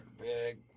big